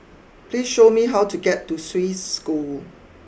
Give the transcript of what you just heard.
please show me how to get to Swiss School